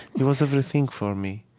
he was everything for me.